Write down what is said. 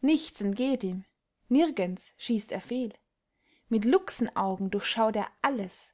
nichts entgeht ihm nirgends schießt er fehl mit luchsenaugen durchschaut er alles